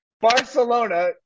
Barcelona